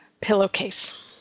pillowcase